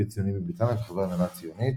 פעיל ציוני מבריטניה וחבר ההנהלה הציונית.